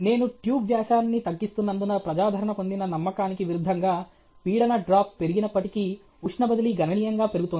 నేను ట్యూబ్ వ్యాసాన్ని తగ్గిస్తున్నందున ప్రజాదరణ పొందిన నమ్మకానికి విరుద్ధంగా పీడన డ్రాప్ పెరిగినప్పటికీ ఉష్ణ బదిలీ గణనీయంగా పెరుగుతోంది